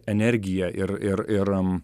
energiją ir ir ir